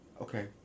Okay